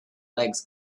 legs